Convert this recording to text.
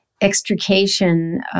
extrication